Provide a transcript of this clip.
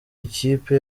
ikipe